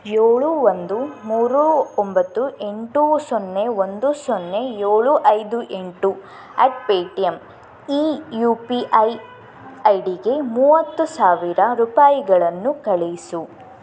ಏಳು ಒಂದು ಮೂರು ಒಂಬತ್ತು ಎಂಟು ಸೊನ್ನೆ ಒಂದು ಸೊನ್ನೆ ಏಳು ಐದು ಎಂಟು ಎಟ್ ಪೇಟಿಯಮ್ ಈ ಯು ಪಿ ಐ ಐ ಡಿಗೆ ಮೂವತ್ತು ಸಾವಿರ ರೂಪಾಯಿಗಳನ್ನು ಕಳಿಸು